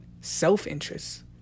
self-interest